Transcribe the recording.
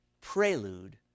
prelude